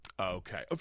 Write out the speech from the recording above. Okay